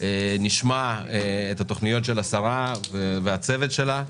נשמע את התכניות של השרה והצוות שלה.